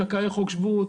זכאי חוק שבות,